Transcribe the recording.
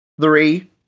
three